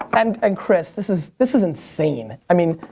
and and chris, this is this is insane. i mean,